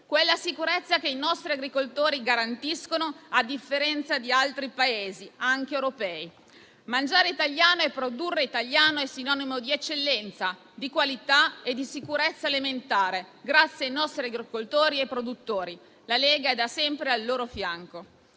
quella sicurezza che i nostri agricoltori garantiscono, a differenza di altri Paesi, anche europei. Mangiare italiano e produrre italiano è sinonimo di eccellenza, di qualità e di sicurezza alimentare, grazie ai nostri agricoltori e produttori. La Lega è da sempre al loro fianco.